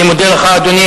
אני מודה לך, אדוני.